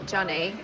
Johnny